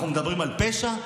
אנחנו מדברים על פשע,